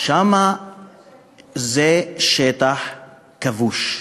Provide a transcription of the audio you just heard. שם זה שטח כבוש,